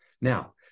now